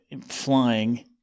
flying